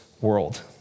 world